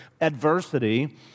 adversity